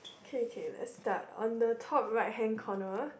K K let's start on the top right hand corner